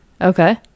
okay